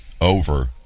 over